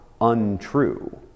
untrue